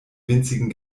winzigen